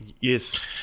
Yes